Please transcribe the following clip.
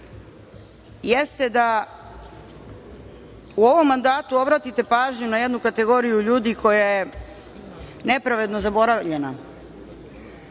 jeste da u ovom mandatu obratite pažnju na jednu kategoriju ljudi koja je nepravedno zaboravljena